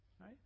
Right